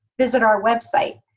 visit our website.